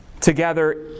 Together